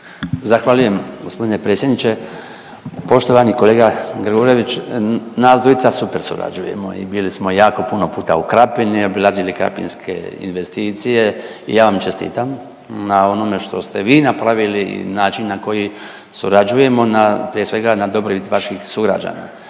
Zahvaljujem gospodine predsjedniče. Poštovani kolega Gregurević, nas dvojica super surađujemo i bili smo jako puno puta u Krapini, obilazili krapinske investicije i ja vam čestitam na onome što ste vi napravili i način na koji surađujemo na, prije svega na dobrobit vaših sugrađana.